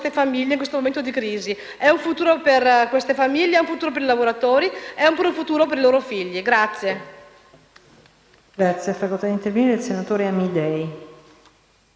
Grazie,